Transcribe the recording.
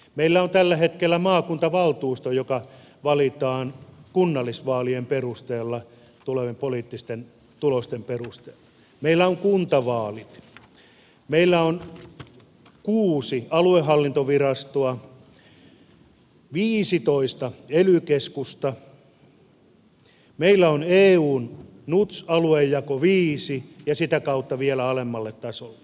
meillä on tällä hetkellä maakuntavaltuusto joka valitaan kunnallisvaalien poliittisten tulosten perusteella meillä on kuntavaalit meillä on kuu si aluehallintovirastoa viisitoista ely keskusta meillä on eun nuts aluejako viidelle ja sitä kautta vielä alemmille tasoille